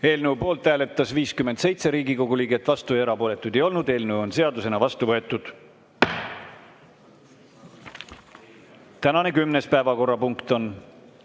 Eelnõu poolt hääletas 57 Riigikogu liiget, vastuolijaid ja erapooletuid ei olnud. Eelnõu on seadusena vastu võetud. Tänane üheksas päevakorrapunkt on